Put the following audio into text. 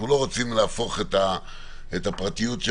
אנחנו לא רוצים להפוך את הפרטיות של